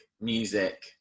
music